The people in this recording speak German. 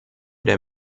der